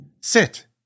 Sit